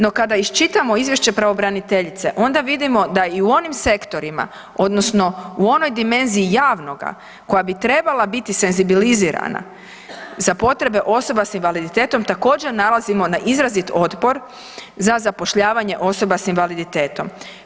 No kada iščitamo Izvješće pravobraniteljice onda vidimo da i u onim sektorima odnosno u onoj dimenziji javnoga koja bi trebala biti senzibilizirana za potrebe osoba s invaliditetom također nailazimo na izrazit otpor za zapošljavanje osoba s invaliditetom.